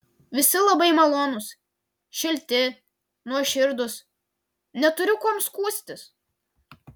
visi labai malonūs šilti nuoširdūs neturiu kuom skųstis